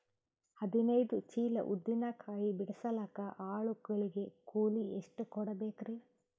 ಹದಿನೈದು ಚೀಲ ಉದ್ದಿನ ಕಾಯಿ ಬಿಡಸಲಿಕ ಆಳು ಗಳಿಗೆ ಕೂಲಿ ಎಷ್ಟು ಕೂಡಬೆಕರೀ?